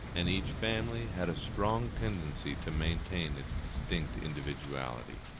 and each family, had a strong tendency to maintain its distinct individuality.